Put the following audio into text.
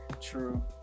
True